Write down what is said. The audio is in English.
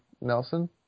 Nelson